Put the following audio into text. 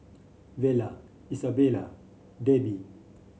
Vella Isabella Debbi